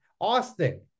Austin